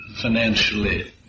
financially